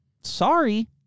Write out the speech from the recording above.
sorry